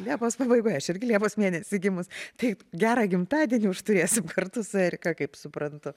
liepos pabaigoje aš irgi liepos mėnesį gimus taip gerą gimtadienį turėsim kartu su erika kaip suprantu